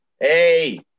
hey